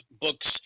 books